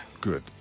good